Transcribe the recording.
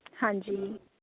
ਹਾਂਜੀ